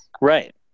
Right